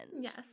yes